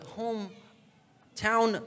hometown